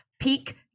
peak